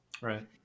Right